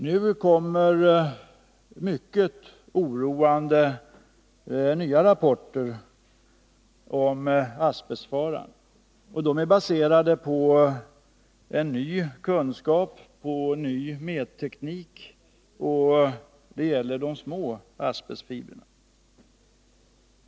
Nu kommer åter mycket oroande rapporter om asbestfaran, baserade på ny kunskap och ny mätteknik. Dessa rapporter gäller de små asbestfibrerna.